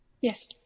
yes